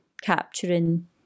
capturing